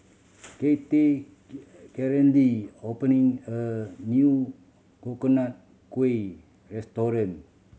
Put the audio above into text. Cathey opening a new Coconut Kuih restaurant